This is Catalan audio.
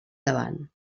davant